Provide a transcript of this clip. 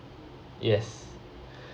yes